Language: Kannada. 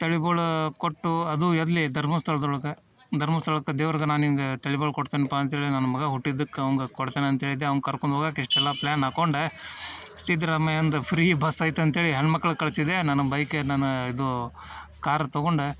ತಲಿ ಬೋಳು ಕೊಟ್ಟು ಅದೂ ಎಲ್ಲಿ ಧರ್ಮಸ್ಥಳ್ದೊಳಗೆ ಧರ್ಮಸ್ಥಳಕ್ಕೆ ದೇವ್ರ್ಗೆ ನಾ ನಿಂಗೆ ತಲೆ ಬೋಳು ಕೊಡ್ತೀನಪ್ಪ ಅಂತ್ಹೇಳಿ ನನ್ನ ಮಗ ಹುಟ್ಟಿದ್ಕೆ ಅವಂಗೆ ಕೊಡ್ತೇನೆ ಅಂತ ಹೇಳಿದ್ದೆ ಅವ್ನ ಕರ್ಕೊಂಡ್ ಹೋಗಾಕ್ ಇಷ್ಟೆಲ್ಲ ಪ್ಲ್ಯಾನ್ ಹಾಕೊಂಡ ಸಿದ್ರಾಮಯ್ಯಂದು ಫ್ರೀ ಬಸ್ ಐತೆ ಅಂತ್ಹೇಳಿ ಹೆಣ್ಣುಮಕ್ಳು ಕಳ್ಸಿದೆ ನನ್ನ ಬೈಕ್ ನನ್ನ ಇದು ಕಾರ್ ತೊಗೊಂಡು